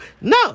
No